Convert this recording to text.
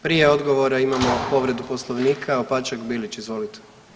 Prije odgovora imamo povredu Poslovnika, Opačak Bilić, izvolite.